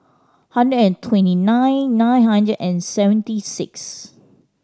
hundred and twenty nine nine hundred and seventy six